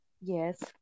Yes